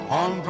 on